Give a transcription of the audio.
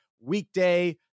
weekday